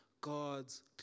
God's